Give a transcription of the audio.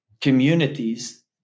communities